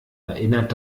erinnert